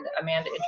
Amanda